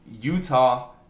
Utah